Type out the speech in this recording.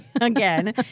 again